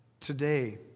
today